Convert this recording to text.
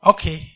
Okay